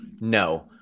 No